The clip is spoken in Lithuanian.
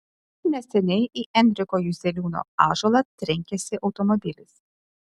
neseniai į enriko juzeliūno ąžuolą trenkėsi automobilis